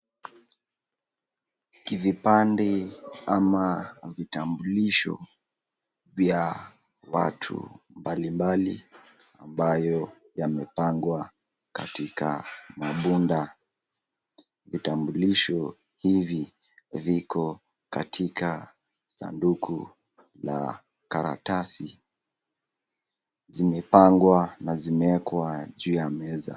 Vipande ama vitambulisho vya watu mbali mbali ambayo yamepangwa katika mabunda. Vitambulisho hivi viko katika sanduku la karatasi. Zimepangwa na zimeekwa juu ya meza.